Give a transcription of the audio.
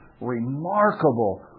remarkable